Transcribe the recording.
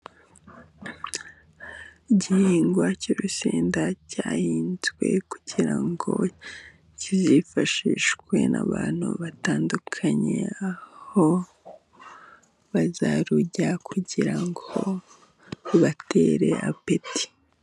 igihingwa cy'urusenda cyahinzwe ,kugira ngo kizifashishwe n'abantu batandukanye, aho bazarurya kugira ngo rubatere apeti.